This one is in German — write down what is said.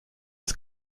ist